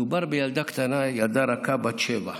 מדובר בילדה קטנה, ילדה רכה בת שבע.